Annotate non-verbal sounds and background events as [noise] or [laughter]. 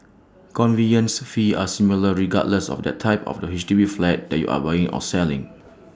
conveyance fees are similar regardless of the type of the H D B flat that you are buying or selling [noise]